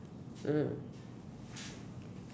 mm